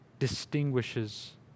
distinguishes